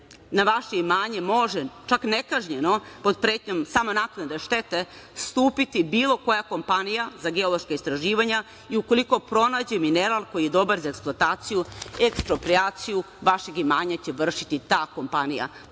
na vaše imanje, čak nekažnjeno, pod pretnjom samo naknade štete, stupiti bilo koja kompanija za geološka istraživanja i ukoliko pronađe mineral koji je dobar za eksploataciju eksproprijaciju vašeg imanja će vršiti ta kompanija.